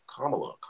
Kamala